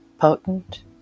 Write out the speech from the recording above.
potent